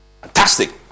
Fantastic